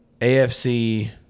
AFC